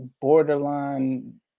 borderline